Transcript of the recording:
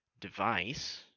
device